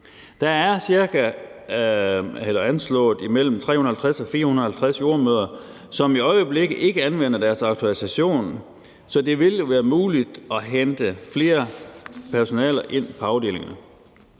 der er mellem 350 og 450 jordemødre, som i øjeblikket ikke anvender deres autorisation. Så det ville jo være muligt at hente flere personaler ind på afdelingerne.